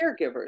caregivers